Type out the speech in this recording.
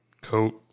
coat